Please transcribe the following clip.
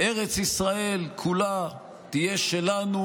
שארץ ישראל כולה תהיה שלנו,